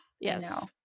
Yes